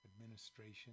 administration